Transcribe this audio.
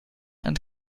and